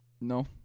No